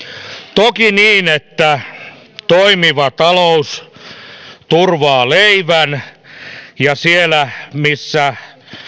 toki niin että toimiva talous turvaa leivän ja siellä missä